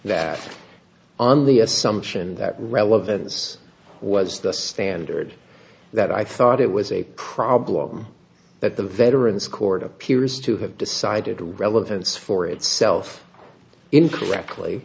that on the assumption that relevance was the standard that i thought it was a problem that the veterans court appears to have decided relevance for itself incorrectly